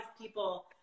people